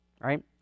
right